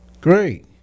Great